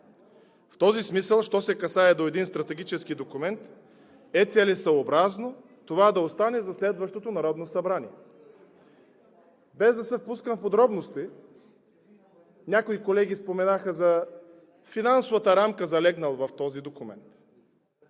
В този смисъл що се касае до един стратегически документ е целесъобразно това да остане за следващото Народно събрание. Без да се впускам в подробности – някои колеги споменаха за финансовата рамка, залегнала в този документ.